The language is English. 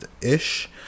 ish